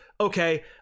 okay